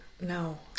No